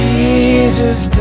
Jesus